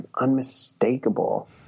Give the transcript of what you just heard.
Unmistakable